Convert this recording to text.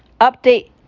update